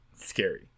scary